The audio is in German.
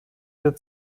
der